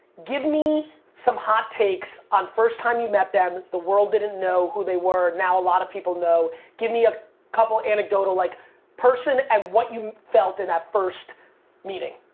give me some hot takes, on first time you met them the world didn't know who they were now a lot of people know. give me a couple anecdotal like person and what you felt in that first meeting?